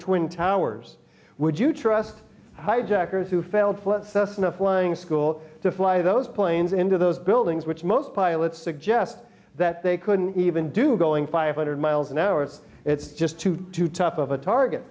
twin towers would you trust the hijackers who failed us in a flying school to fly those planes into those buildings which most pilots suggest that they couldn't even do going five hundred miles an hour it's just too tough of a target